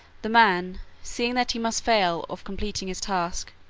the man, seeing that he must fail of completing his task,